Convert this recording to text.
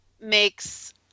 makes